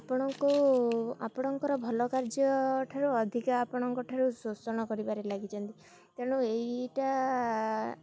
ଆପଣଙ୍କୁ ଆପଣଙ୍କର ଭଲ କାର୍ଯ୍ୟ ଠାରୁ ଅଧିକା ଆପଣଙ୍କଠାରୁ ଶୋଷଣ କରିବାରେ ଲାଗିଛନ୍ତି ତେଣୁ ଏଇଟା